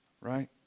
right